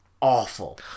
awful